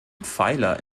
pfeiler